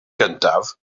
gyntaf